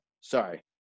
Sorry